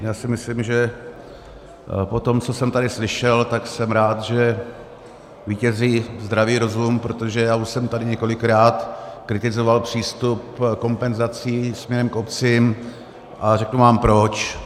Já si myslím, že po tom, co jsem tady slyšel, jsem rád, že vítězí zdravý rozum, protože já už jsem tady několikrát kritizoval přístup kompenzací směrem k obcím, a řeknu vám proč.